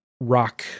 rock